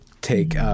take